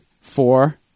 Four